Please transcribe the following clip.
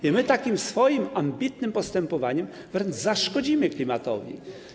I my takim swoim ambitnym postępowaniem wręcz zaszkodzimy klimatowi.